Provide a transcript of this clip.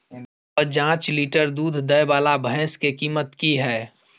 प जॉंच लीटर दूध दैय वाला भैंस के कीमत की हय?